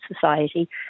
society